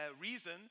reason